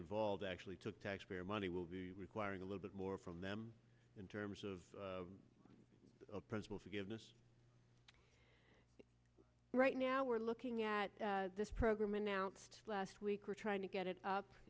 involved actually took taxpayer money will be requiring a little bit more from them in terms of principle forgiveness right now we're looking at this program announced last week we're trying to get it up